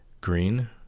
green